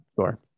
Sure